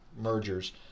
mergers